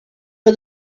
for